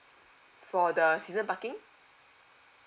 for the season parking